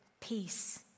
peace